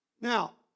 Now